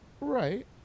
Right